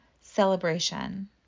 celebration